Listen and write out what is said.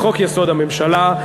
לחוק-יסוד: הממשלה,